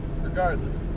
regardless